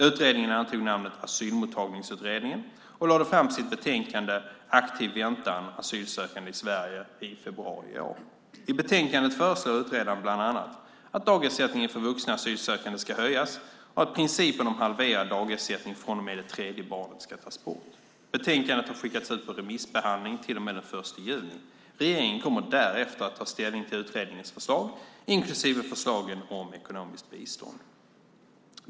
Utredningen antog namnet Asylmottagningsutredningen och lade fram sitt betänkande Aktiv väntan - asylsökande i Sverige i februari i år. I betänkandet föreslår utredaren bland annat att dagersättningen för vuxna asylsökande ska höjas och att principen om halverad dagersättning från och med det tredje barnet ska tas bort. Betänkandet har skickats ut på remissbehandling till och med den 1 juni. Regeringen kommer därefter att ta ställning till utredningens förslag, inklusive förslagen om ekonomiskt bistånd.